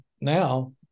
now